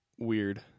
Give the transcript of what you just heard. Weird